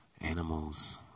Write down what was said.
animals